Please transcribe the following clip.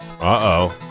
Uh-oh